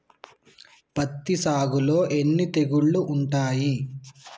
పత్తి సాగులో ఎన్ని తెగుళ్లు ఉంటాయి?